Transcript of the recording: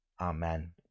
Amen